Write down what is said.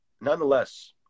nonetheless